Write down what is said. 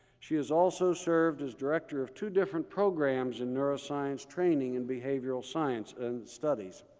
she has also served as director of two different programs in neuroscience training in behavioral science and studies,